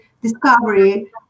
discovery